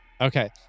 Okay